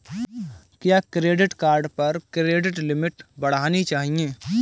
क्या credit card पर credit limit बढ़ानी चाहिए?